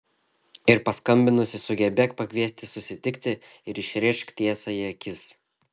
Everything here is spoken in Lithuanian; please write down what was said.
ir paskambinusi sugebėk pakviesti susitikti ir išrėžk tiesą į akis